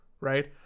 right